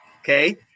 okay